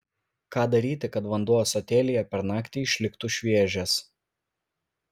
ką daryti kad vanduo ąsotėlyje per naktį išliktų šviežias